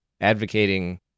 advocating